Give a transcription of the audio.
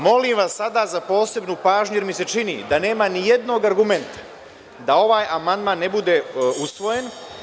Molim vas sada za posebnu pažnju, jer mi se čini da nema nijednog argumenta da ovaj amandman ne bude usvojen.